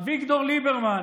אביגדור ליברמן,